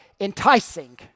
enticing